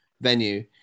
venue